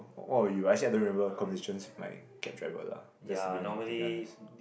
what were you actually I don't remember conversations with my Grab driver lah let's be honest to be honest